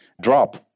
drop